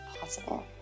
possible